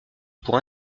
pour